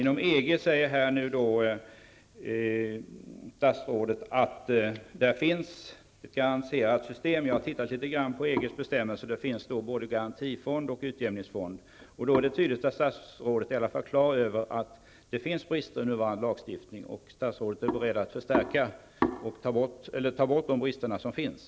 Inom EG säger statsrådet att det finns garantisystem. Jag har tittat litet grand på EGs bestämmeler. Där finns både garantifond och utjämningsfond. Det är tydligt att statsrådet i alla fall är på det klara med att det finns brister i nuvarande lagstiftning, och att statsrådet är beredd att ta bort de brister som finns.